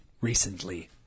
recently